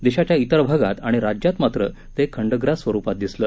देशाच्या तिर भागात आणि राज्यात मात्र ते खंडग्रास स्वरुपात दिसलं